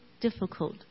difficult